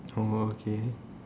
orh okay